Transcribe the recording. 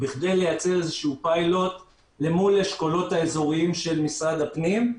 בכדי לייצר פיילוט למול אשכולות אזוריים של משרד הפנים.